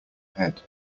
head